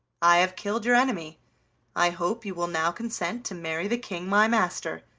i have killed your enemy i hope you will now consent to marry the king my master.